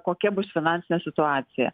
kokia bus finansinė situacija